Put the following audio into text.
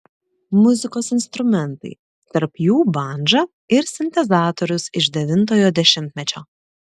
muzikos instrumentai tarp jų bandža ir sintezatorius iš devintojo dešimtmečio